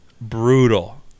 brutal